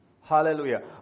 hallelujah